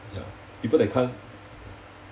ya people that can't